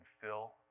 fill